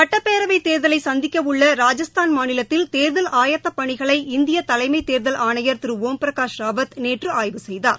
சுட்டப்பேரவை தேர்தலை சந்திக்கவுள்ள ராஜஸ்தான் மாநிலத்தில் தேர்தல் ஆயத்தப்பணிகளை இந்திய தலைமை தேர்தல் ஆணையா் திரு ஒம் பிரகாஷ் ராவத் நேற்று ஆய்வு செய்தார்